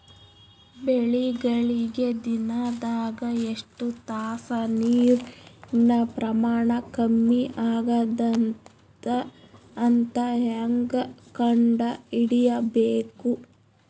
ಬೆಳಿಗಳಿಗೆ ದಿನದಾಗ ಎಷ್ಟು ತಾಸ ನೀರಿನ ಪ್ರಮಾಣ ಕಮ್ಮಿ ಆಗತದ ಅಂತ ಹೇಂಗ ಕಂಡ ಹಿಡಿಯಬೇಕು?